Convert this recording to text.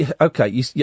Okay